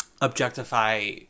objectify